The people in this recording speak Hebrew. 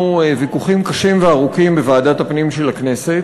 ויכוחים קשים וארוכים בוועדת הפנים של הכנסת,